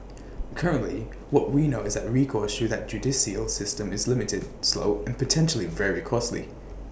currently what we know is that recourse through that judicial system is limited slow and potentially very costly